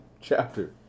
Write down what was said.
chapter